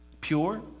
pure